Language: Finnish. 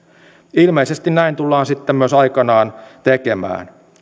ilmeisesti näin tullaan sitten myös aikanaan tekemään